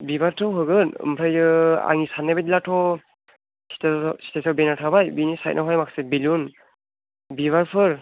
बिबारथ' होगोन ओमफ्राय आंनि साननाय बायदिब्लाथ' स्टेजआव बेनार थाबाय बिनि सायडनावहाय बिलुन बिबारफोर